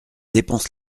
dépense